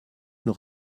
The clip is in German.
noch